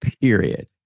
Period